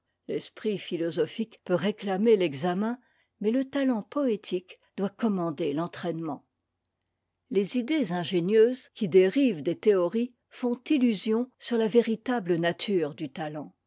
l'esprit philosophique peut réclamer l'examen mais le talent poétique doit commander l'entraînement les idées ingénieuses qui dérivent des théories font illusion sur la véritable nature du talent